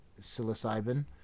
psilocybin